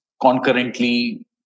concurrently